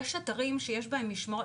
יש אתרים שיש בהם משמרות.